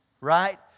right